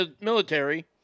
military